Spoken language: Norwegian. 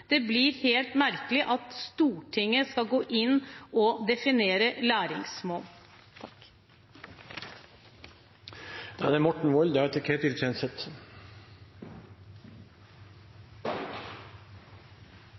Det blir helt merkelig at Stortinget skal gå inn og definere læringsmål. I hendene på legestanden er